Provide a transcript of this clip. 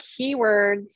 keywords